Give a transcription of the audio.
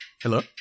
hello